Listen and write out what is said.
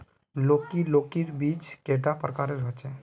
लौकी लौकीर बीज कैडा प्रकारेर होचे?